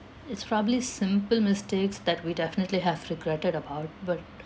it's probably simple mistakes that we definitely have regretted about but